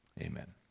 amen